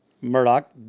Murdoch